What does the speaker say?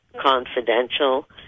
confidential